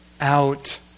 out